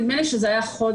נדמה לי שזה היה חודש,